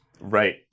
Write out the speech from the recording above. Right